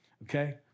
Okay